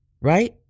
Right